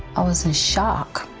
i was in shock.